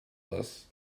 this